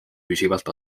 püsivalt